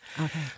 Okay